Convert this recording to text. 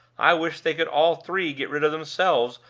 i wish they could all three get rid of themselves,